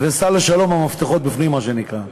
וסע לשלום, המפתחות בפנים, מה שנקרא.